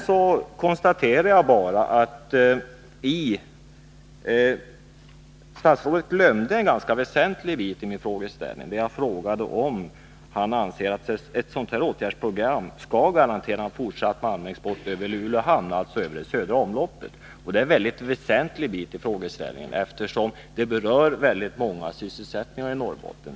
Sedan konstaterar jag att statsrådet glömde en ganska väsentlig del i min frågeställning, nämligen om han anser att ett sådant här åtgärdsprogram skall garantera en fortsatt malmexport över Luleå hamn, alltså över det ”södra omloppet”. Det är en mycket väsentlig del i frågeställningen, eftersom det berör väldigt många sysselsättningsområden i Norrbotten.